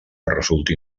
resulti